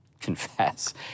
confess